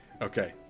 Okay